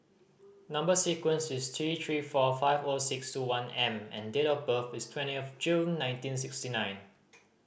number sequence is T Three four five O six two one M and date of birth is twentieth June nineteen sixty nine